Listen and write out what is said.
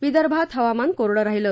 विदर्भात हवामान कोरडं राहिलं